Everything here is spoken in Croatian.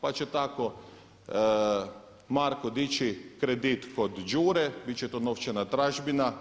Pa će tako Marko dići kredit kod Đure, bit će to novčana tražbina.